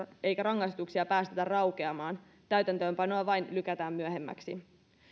eikä rangaistuksia päästetä raukeamaan täytäntöönpanoa vain lykätään myöhemmäksi